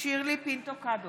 שירלי פינטו קדוש,